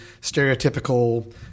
stereotypical